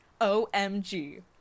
OMG